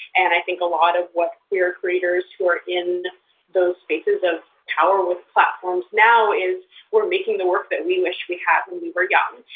and i think a lot of what queer creators who are in those spaces of power with platforms now is we're making the work that we wish we had when we were young.